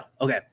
Okay